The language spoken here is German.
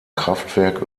kraftwerk